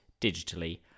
digitally